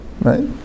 right